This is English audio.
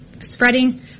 spreading